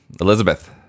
Elizabeth